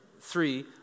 three